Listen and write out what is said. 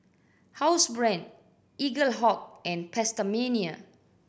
Housebrand Eaglehawk and PastaMania